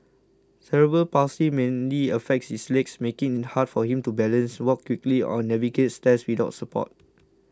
cerebral palsy mainly affects his legs making it hard for him to balance walk quickly or navigate stairs without support